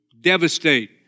devastate